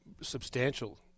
substantial